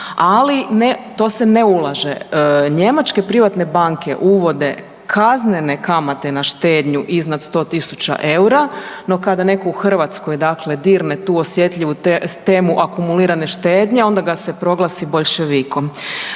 ne, to se ne ulaže. Njemačke privatne banke uvode kaznene kamate na štednju iznad 100.000 EUR-a. No kada neko u Hrvatskoj dakle dirne tu osjetljivu temu akumulirane štednje onda ga se proglasi boljševikom.